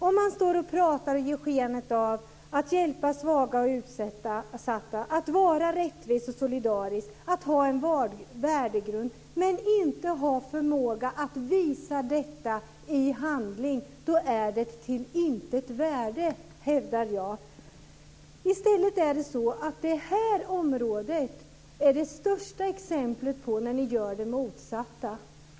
Om man pratar och ger sken av att hjälpa svaga och utsatta, att vara rättvis och solidarisk, att ha en värdegrund, men inte har förmåga att visa detta i handling är det av intet värde, hävdar jag. I stället är det här området det största exemplet på att ni gör det motsatta.